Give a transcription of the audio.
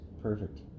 Perfect